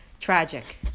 tragic